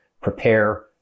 prepare